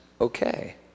okay